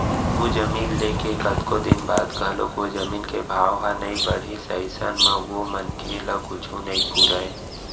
कहूँ जमीन ले के कतको दिन बाद घलोक ओ जमीन के भाव ह नइ बड़हिस अइसन म ओ मनखे ल कुछु नइ पुरय